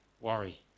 worry